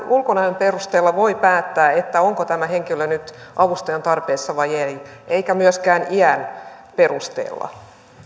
ulkonäön perusteella voi päättää onko tämä henkilö nyt avustajan tarpeessa vai ei eikä myöskään iän perusteella